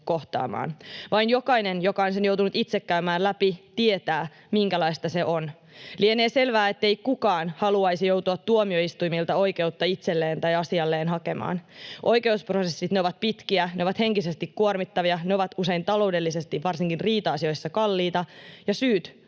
kohtaamaan. Vain se, joka on sen joutunut itse käymään läpi, tietää, minkälaista se on. Lienee selvää, ettei kukaan haluaisi joutua tuomioistuimilta oikeutta itselleen tai asialleen hakemaan. Oikeusprosessit ovat pitkiä, ne ovat henkisesti kuormittavia, ne ovat usein taloudellisesti varsinkin riita-asioissa kalliita, ja syyt